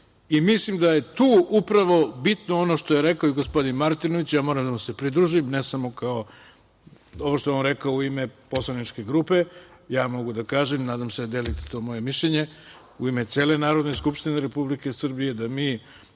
njega. Mislim da je tu upravo bitno ono što je rekao i gospodin Martinović, moram da mu se pridružim, ne samo ovo što je on rekao u ime poslaničke grupe, ja mogu da kažem i nadam se da delite to moje mišljenje, u ime cele Narodne skupštine Republike Srbije da mi